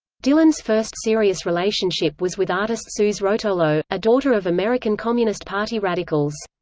dylan's first serious relationship was with artist suze rotolo, a daughter of american communist party radicals.